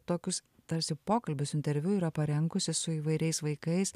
tokius tarsi pokalbius interviu yra parengusi su įvairiais vaikais